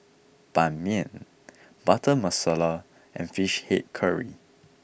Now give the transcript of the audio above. Ban Mian Butter Masala and Fish Head Curry